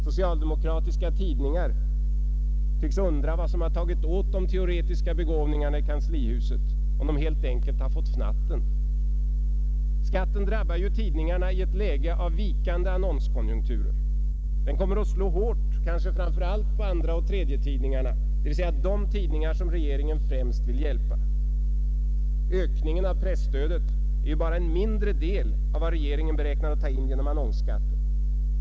Socialdemokratiska tidningar tycks undra vad som har tagit åt de teoretiska begåvningarna i kanslihuset, om de helt enkelt har ”fått fnatten”. Skatten drabbar ju tidningarna i ett läge av vikande annonskonjunkturer. Den kommer att slå hårt, kanske framför allt på andraoch tredjetidningarna — dvs. de tidningar som regeringen främst vill hjälpa. Ökningen av presstödet är ju bara en mindre del av vad regeringen beräknar att ta in genom annonsskatten.